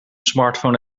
smartphone